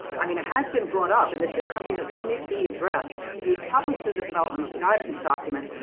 i mean it has been brought up. and this is something that will need to be addressed through probably through the development of the guidance document,